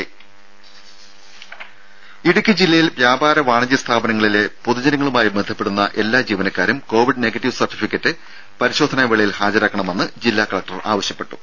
രും ഇടുക്കി ജില്ലയിൽ വ്യാപാര വാണിജ്യ സ്ഥാപനങ്ങളിലെ പൊതുജനങ്ങളുമായി ബന്ധപ്പെടുന്ന എല്ലാ ജീവനക്കാരും കോവിഡ് നെഗറ്റീവ് സർട്ടിഫിക്കറ്റ് പരിശോധനാ വേളയിൽ ഹാജരാക്കണമെന്ന് ജില്ലാ കലക്ടർ ആവശ്യപ്പെട്ടു